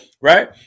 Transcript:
right